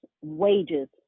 wages